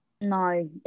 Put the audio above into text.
No